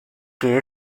que